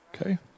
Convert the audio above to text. Okay